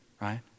right